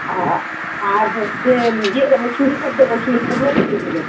আর হচ্ছে ইয়ে দেবো চুড়িদার দেবো চুড়িদারগুলো কাটিয়ে দেবে